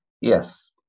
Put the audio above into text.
Yes